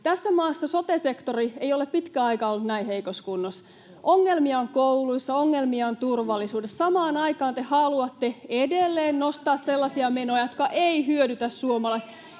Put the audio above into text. Tässä maassa sote-sektori ei ole pitkään aikaan ollut näin heikossa kunnossa. Ongelmia on kouluissa, ongelmia on turvallisuudessa. Samaan aikaan te haluatte edelleen nostaa sellaisia menoja, jotka eivät hyödytä suomalaista,